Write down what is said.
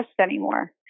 anymore